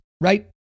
right